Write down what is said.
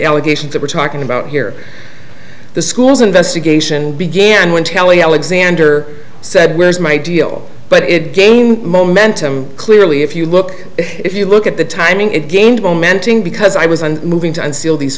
allegations that we're talking about here the school's investigation began when telling alexander said where's my deal but it game momentum clearly if you look if you look at the timing it gained momentum because i was on moving to unseal these